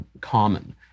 common